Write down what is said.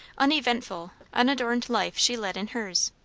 uneventful, unadorned life she led in hers.